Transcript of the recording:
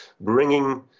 bringing